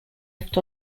left